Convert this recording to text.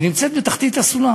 היא נמצאת בתחתית הסולם